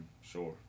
Sure